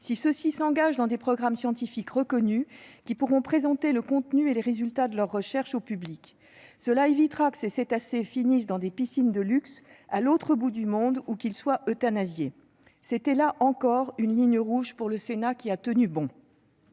si ceux-ci s'engagent dans des programmes scientifiques reconnus ; ils pourront présenter le contenu et les résultats de leur recherche au public. Cela évitera que ces cétacés finissent dans des piscines de luxe à l'autre bout du monde ou qu'ils soient euthanasiés. C'était, là encore, une ligne rouge pour le Sénat, qui a tenu bon.